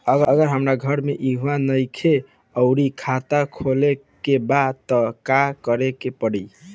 अगर हमार घर इहवा नईखे आउर खाता खोले के बा त का करे के पड़ी?